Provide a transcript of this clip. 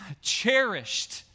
cherished